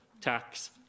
tax